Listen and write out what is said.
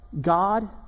God